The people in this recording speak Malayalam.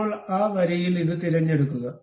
ഇപ്പോൾ ആ വരിയിൽ ഇത് തിരഞ്ഞെടുക്കുക